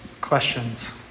Questions